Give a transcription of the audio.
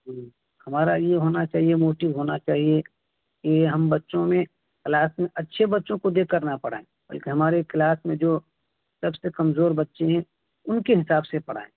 ہمارا یہ ہونا چاہیے موٹیو ہونا چاہیے کہ ہم بچوں میں کلاس میں اچھے بچوں کو دیکھ کرنا پڑائیں بکہ ہمارے کلاس میں جو سب سے کمزور بچے ہیں ان کے حساب سے پڑھائیں